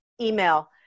email